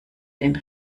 den